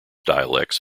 dialects